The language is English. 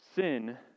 Sin